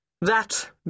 That